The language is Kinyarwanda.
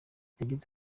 yagize